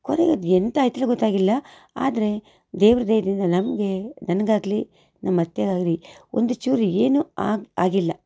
ಕೊನೆಗೆ ಅದು ಎಂತಾಯಿತು ಹೇಳಿ ಗೊತ್ತಾಗಿಲ್ಲ ಆದರೆ ದೇವ್ರ ದಯದಿಂದ ನಮಗೆ ನನಗಾಗಲಿ ನಮ್ಮ ಅತ್ತೆಗಾಗಲಿ ಒಂದು ಚೂರು ಏನೂ ಆಗು ಆಗಿಲ್ಲ